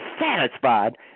satisfied